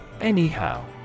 Anyhow